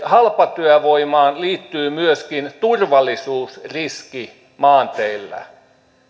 halpatyövoimaan liittyy myöskin turvallisuusriski maanteillä